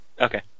Okay